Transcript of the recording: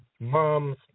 mom's